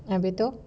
habis tu